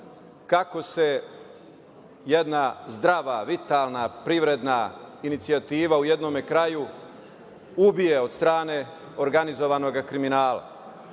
kako se jedna zdrava, vitalna privredna inicijativa u jednome kraju ubije od strane organizovanog kriminala. Mislim